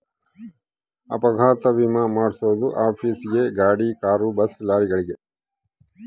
ಅಪಘಾತ ವಿಮೆ ಮಾದ್ಸೊದು ಆಫೀಸ್ ಗೇ ಗಾಡಿ ಕಾರು ಬಸ್ ಲಾರಿಗಳಿಗೆ